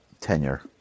tenure